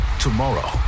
Tomorrow